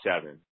seven